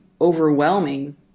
overwhelming